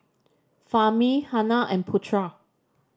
Fahmi Hana and Putera